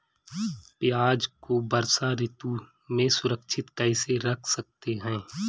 प्याज़ को वर्षा ऋतु में सुरक्षित कैसे रख सकते हैं?